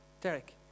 Derek